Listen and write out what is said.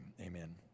amen